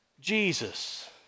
Jesus